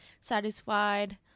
satisfied